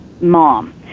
mom